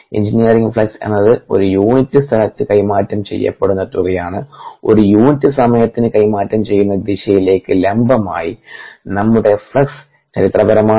engineering flux എന്നത് ഒരു unit സ്ഥലത്തു കൈമാറ്റം ചെയ്യപ്പെടുന്ന തുകയാണ് ഒരു യൂണിറ്റ് സമയത്തിന് കൈമാറ്റം ചെയ്യുന്ന ദിശയിലേക്ക് ലംബമായി നമ്മുടെ ഫ്ലക്സ് ചരിത്രപരമാണ്